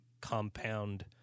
compound